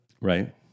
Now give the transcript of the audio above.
Right